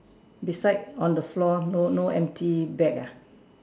beside on the floor no no empty bag ah